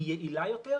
היא יעילה יותר,